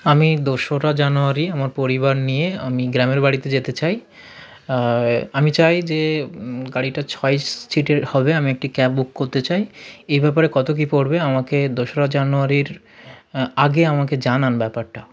আমি দোসরা জানুয়ারি আমার পরিবার নিয়ে আমি গ্রামের বাড়িতে যেতে চাই আমি চাই যে গাড়িটা ছয় সিটের হবে আমি একটি ক্যাব বুক করতে চাই এই ব্যাপারে কত কী পড়বে আমাকে দোসরা জানুয়ারির আগে আমাকে জানান ব্যাপারটা